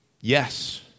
Yes